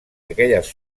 aquelles